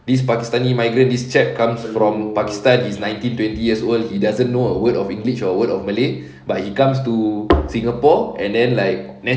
this pakistani migrant this chap comes from pakistan is nineteen twenty years old he doesn't know a word of english or word of malay but he comes to singapore and then like